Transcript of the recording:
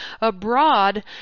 Abroad